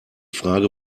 frage